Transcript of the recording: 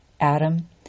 Adam